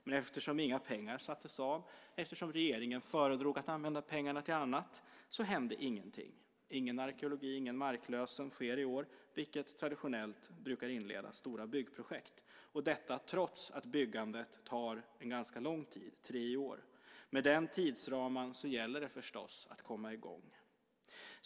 Men eftersom inga pengar sattes av, eftersom regeringen föredrog att använda pengarna till annat, så hände ingenting. Inga arkeologiska undersökningar och inlösen sker i år, vilket traditionellt brukar inleda stora byggprojekt, detta trots att byggandet tar en ganska lång tid, nämligen tre år. Med den tidsramen gäller det förstås att komma i gång.